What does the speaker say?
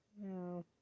No